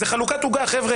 זו חלוקת עוגה, חבר'ה.